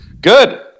Good